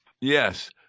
Yes